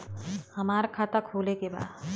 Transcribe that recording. हमार खाता खोले के बा?